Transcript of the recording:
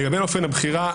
לגבי אופן הבחירה,